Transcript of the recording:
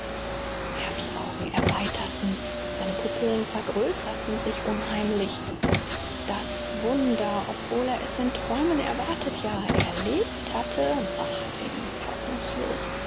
erbs augen erweiterten seine pupillen vergrößerten sich unheimlich das wunder obwohl er es in träumen erwartet ja erlebt hatte machte ihn fassungslos